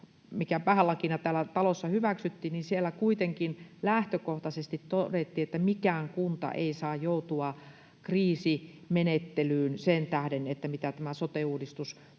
mikä päälakina täällä talossa hyväksyttiin, niin siellä kuitenkin lähtökohtaisesti todettiin, että mikään kunta ei saa joutua kriisimenettelyyn sen tähden, mitä tämä sote-uudistus tuo